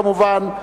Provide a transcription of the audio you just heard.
כמובן,